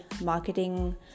marketing